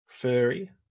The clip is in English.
furry